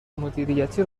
مدیریتی